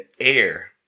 air